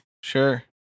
Sure